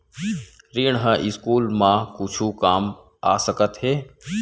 ऋण ह स्कूल मा कुछु काम आ सकत हे?